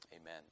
Amen